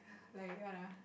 like what ah